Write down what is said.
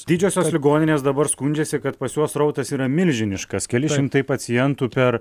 didžiosios ligoninės dabar skundžiasi kad pas juos srautas yra milžiniškas keli šimtai pacientų per